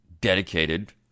dedicated